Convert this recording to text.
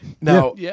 Now